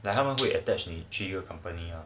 like 他们会 attach 你去一个 accompany ah